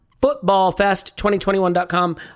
footballfest2021.com